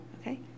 Okay